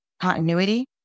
continuity